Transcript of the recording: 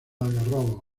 algarrobos